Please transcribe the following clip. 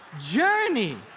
Journey